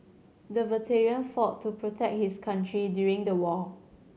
the veteran fought to protect his country during the war